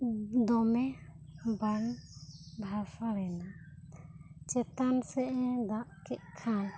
ᱫᱚᱢᱮ ᱵᱟᱸᱫᱷ ᱫᱷᱟᱥᱟᱣᱮᱱᱟ ᱪᱮᱛᱟᱱ ᱥᱮᱫ ᱮ ᱫᱟᱜ ᱠᱮᱫ ᱠᱷᱟᱱ